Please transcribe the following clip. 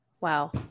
Wow